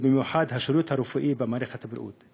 ובמיוחד השירות הרפואי במערכת הבריאות.